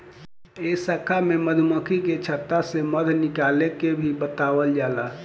ए शाखा में मधुमक्खी के छता से मध निकाले के भी बतावल जाला